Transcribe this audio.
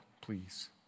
please